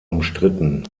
umstritten